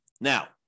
Now